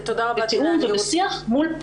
בתיאום ובשיח.